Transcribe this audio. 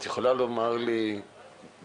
את יכולה לומר לי בגדול,